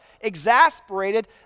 exasperated